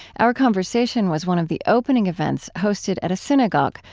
our conversation was one of the opening events, hosted at a synagogue,